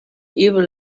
evil